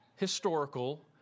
historical